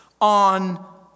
on